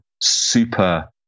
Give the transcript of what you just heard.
super